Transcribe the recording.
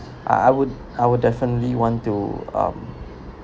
I I would I would definitely want to um